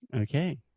Okay